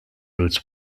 routes